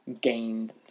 gained